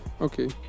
Okay